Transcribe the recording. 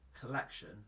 collection